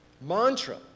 mantra